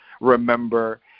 remember